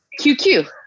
QQ